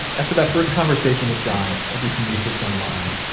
after that first conversation with john, i do some research online,